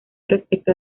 respecto